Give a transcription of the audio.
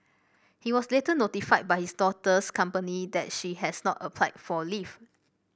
he was later notified by his daughter's company that she has not applied for leave